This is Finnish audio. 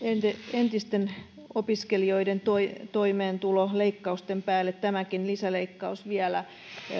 opiskelijoiden entisten toimeentuloleikkausten päälle tämäkin lisäleikkaus vielä